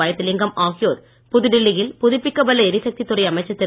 வைத்திலிங்கம் ஆகியோர் புதுடில்லியில் புதுப்பிக்கவல்ல எரிசக்தி துறை அமைச்சர் திரு